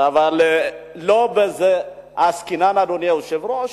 אבל לא בזה עסקינן, אדוני היושב-ראש.